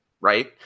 right